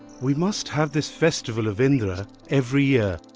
we must have this festival of indra, every year,